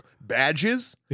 badges